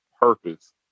purpose